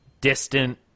distant